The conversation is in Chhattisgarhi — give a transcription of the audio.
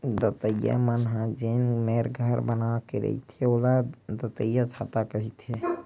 दतइया मन ह जेन मेर घर बना के रहिथे ओला दतइयाछाता कहिथे